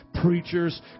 preachers